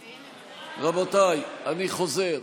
רבותיי, אני חוזר,